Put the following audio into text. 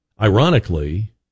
ironically